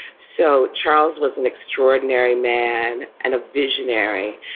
so charles was an extraordinary man and a visionary.